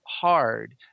hard